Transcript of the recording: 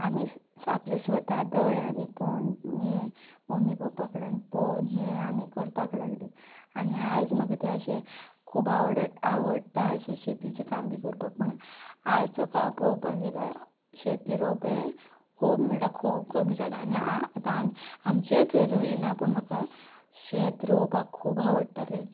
आमी स् स् आपले स्वता दोळ्यांनी पळोवन हें मोम्मी पोप्पा कडल्यान पळोवन हें आमी करपाक लागलीं आनी आयज म्हाका तें अशें खूब आवडट आवडटा अशें शेतीचें काम बी करपा पूण आयचो काळ पोवपा गेल्या शेती रोवप हें खूब म्हळ्ळ्या खूब कमी जालां आनी आ आतां आमी आमचे थंय रोयिना पूण म्हाका शेत रोवपाक खूब आवडटालें